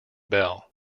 bell